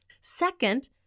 Second